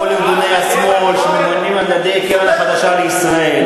לכל ארגוני השמאל שממומנים על-ידי הקרן החדשה לישראל,